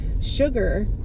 sugar